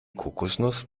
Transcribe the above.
kokosnuss